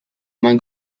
main